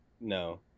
no